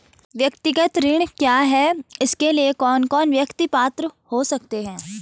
व्यक्तिगत ऋण क्या है इसके लिए कौन कौन व्यक्ति पात्र हो सकते हैं?